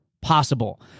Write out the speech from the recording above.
possible